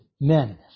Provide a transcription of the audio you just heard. men